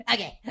Okay